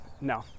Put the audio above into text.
No